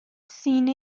سینه